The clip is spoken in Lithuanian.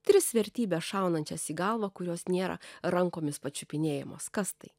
tris vertybes šaunančias į galvą kurios nėra rankomis pačiupinėjamos kas tai